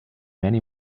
many